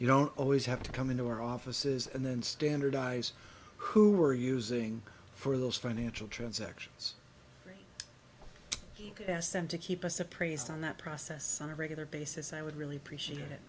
you don't always have to come into our offices and then standardize who are using for those financial transactions yes and to keep us appraised on that process on a regular basis i would really appreciate